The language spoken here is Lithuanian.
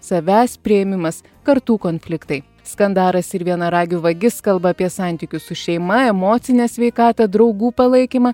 savęs priėmimas kartų konfliktai skandaras ir vienaragių vagis kalba apie santykius su šeima emocinę sveikatą draugų palaikymą